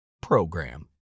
program